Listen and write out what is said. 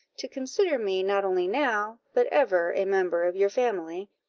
to consider me not only now, but ever, a member of your family,